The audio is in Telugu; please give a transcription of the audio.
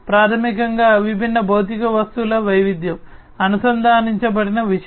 ప్రాథమికంగా విభిన్న భౌతిక వస్తువుల వైవిధ్యం అనుసంధానించబడిన విషయాలు